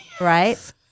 Right